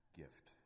gift